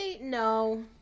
no